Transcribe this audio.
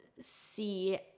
see